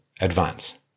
advance